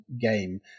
game